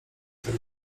tak